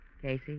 Casey